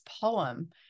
poem